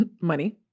money